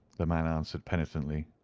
the man answered penitently,